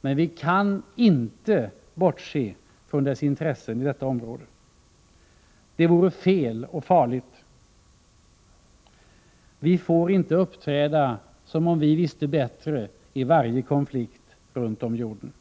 men vi kan inte bortse från dess intressen i detta område. Det vore fel och farligt. Vi får inte uppträda som om vi visste bättre i varje konflikt runt om i världen.